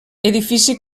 edifici